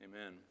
Amen